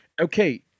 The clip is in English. okay